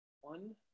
One